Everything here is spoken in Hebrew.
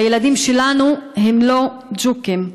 הילדים שלנו הם לא ג'וקים,